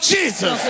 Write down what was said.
Jesus